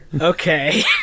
okay